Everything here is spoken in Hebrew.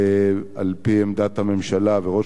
על-פי עמדת הממשלה וראש הממשלה,